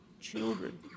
children